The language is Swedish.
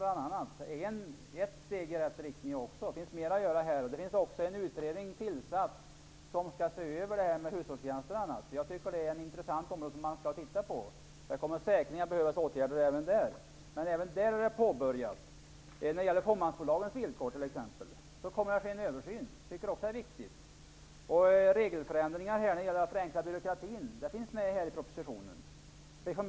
Det är också ett steg i rätt riktning. Det finns mer att göra här. Det har tillsatts en utredning som skall se över bestämmelserna för bl.a. hushållstjänster. Jag tycker att det är ett intressant område som man skall titta på. Det kommer säkerligen att behövas åtgärder även där, men arbetet har påbörjats. När det gäller fåmansbolagens villkor kommer det att ske en översyn. Det tycker jag också är viktigt. Förslag om regelförändringar när det gäller att förenkla byråkratin finns med i propositionen.